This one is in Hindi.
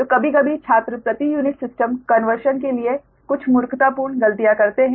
तो कभी कभी छात्र प्रति यूनिट सिस्टम कन्वर्शन के लिए कुछ मूर्खतापूर्ण गलतियाँ करते हैं